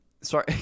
Sorry